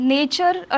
Nature